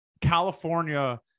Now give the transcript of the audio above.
california